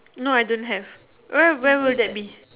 no I don't have where where will that be